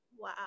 Wow